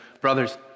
brothers